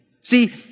see